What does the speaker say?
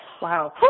Wow